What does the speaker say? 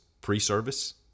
pre-service